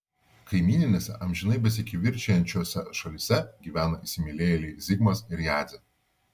kaimyninėse amžinai besikivirčijančiose šalyse gyvena įsimylėjėliai zigmas ir jadzė